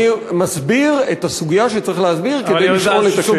אני מסביר את הסוגיה שאני צריך להסביר כדי לשאול את השאלה.